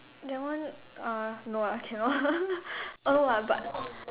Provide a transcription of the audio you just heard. that one uh no ah cannot err uh but